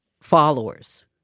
followers